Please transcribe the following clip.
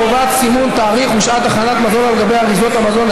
חובת סימון תאריך ושעת הכנת מזון על גבי אריזות המזון),